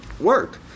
work